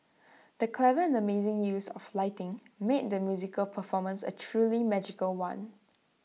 the clever and amazing use of lighting made the musical performance A truly magical one